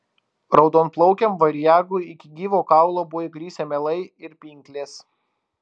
raudonplaukiam variagui iki gyvo kaulo buvo įgrisę melai ir pinklės